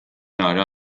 nara